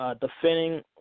defending